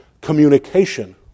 communication